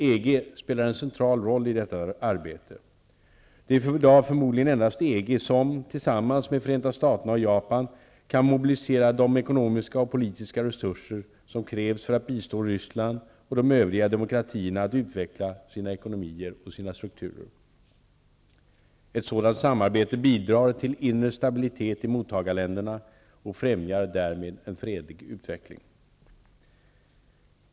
EG spelar en central roll i detta arbete. Det är i dag förmodligen endast EG som, tillsammans med Förenta staterna och Japan, kan mobilisera de ekonomiska och politiska resurser som krävs för att bistå Ryssland och de övriga demokratierna att utveckla sina ekonomier och sina strukturer. Ett sådant samarbete bidrar till inre stabilitet i mottagarländerna och främjar därmed en fredlig utveckling.